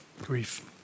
grief